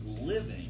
living